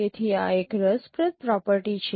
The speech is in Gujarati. તેથી આ એક રસપ્રદ પ્રોપર્ટી છે